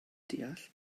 deall